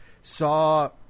saw